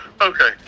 Okay